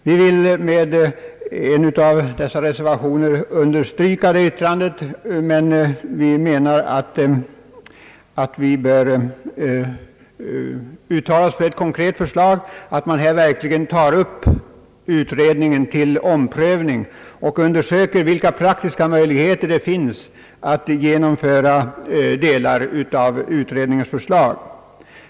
Vi vill med reservation 1 understryka det yttrandet, men vi anser också att riksdagen konkret bör uttala sig för att man verkligen tar upp utredningens förslag till prövning och undersöker vilka praktiska möjligheter det finns att genomföra utredningens förslag helt eller delar därav.